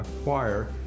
acquire